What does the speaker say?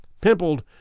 pimpled